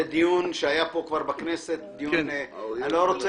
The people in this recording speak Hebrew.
יש לך תביעה בבית משפט, אתה לא יודע?